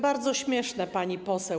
Bardzo śmieszne, pani poseł.